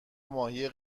ماهی